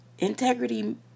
Integrity